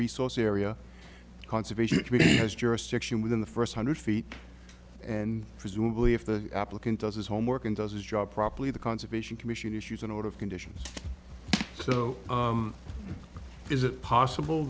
resource area conservation has jurisdiction within the first hundred feet and presumably if the applicant does his homework and does his job properly the conservation commission issues an order of conditions so is it possible